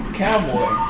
cowboy